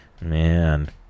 man